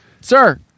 Sir